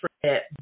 forget